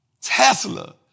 Tesla